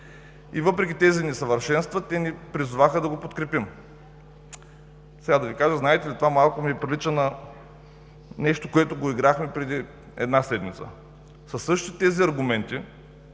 Въпреки тези несъвършенства, те ни призоваха да го подкрепим. Знаете ли, това малко ми прилича на нещо, което играхме преди една седмица. Със същите аргументи,